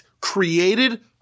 created